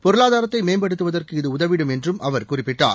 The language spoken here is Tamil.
பொருளாதாரத்தை மேம்படுத்துவதற்கு இது உதவிடும் என்றும் அவர் குறிப்பிட்டார்